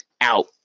out